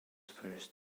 first